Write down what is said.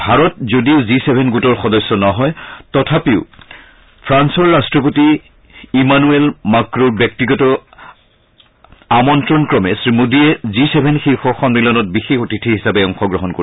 ভাৰত যদিও G seven গোটৰ সদস্য নহয় তথাপিও ফ্ৰালৰ ৰট্টপতি ইমানুৱেল মাক্ৰৰ ব্যক্তিগত আমন্ত্ৰণক্ৰমে শ্ৰীমোডীয়ে জি চেভেন শীৰ্ষ সন্মিলনত বিশেষ অতিথি হিচাপে অংশগ্ৰহণ কৰিব